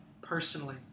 personally